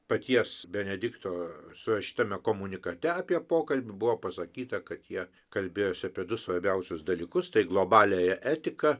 paties benedikto su šitame komunikate apie pokalbį buvo pasakyta kad jie kalbėjosi apie du svarbiausius dalykus tai globaliąją etiką